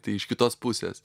tai iš kitos pusės